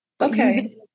Okay